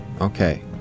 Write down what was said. okay